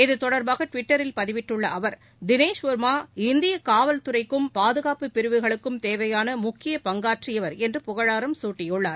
இது தொடர்பாகட்விட்டரில் பதிவிட்டுள்ளஅவர் தினேஷ் ஷர்மா இந்தியகாவல் துறைக்கும் பாதுகாப்பு பிரிவுகளுக்கும் தேவையானமுக்கிய பங்காற்றியவர் என்று புகழாரம் குட்டியுள்ளார்